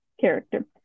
character